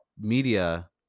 media